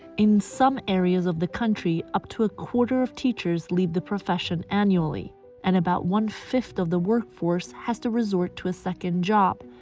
in some areas of the country, up to a quarter of teachers leave the profession annually and about one fifth of the workforce has to resort to a second job.